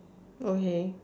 okay